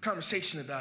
conversation about